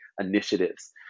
initiatives